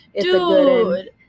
Dude